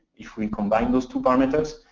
if we combine those two parameters.